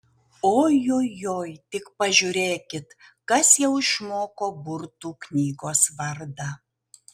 ojojoi tik pažiūrėkit kas jau išmoko burtų knygos vardą